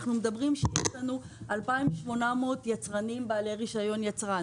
אנחנו מדברים על כך שיש לנו 2800 יצרנים בעלי רישיון יצרן,